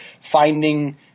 finding